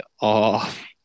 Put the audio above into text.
off